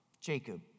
Jacob